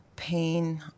pain